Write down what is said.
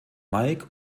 mike